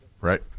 Right